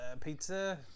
pizza